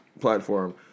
platform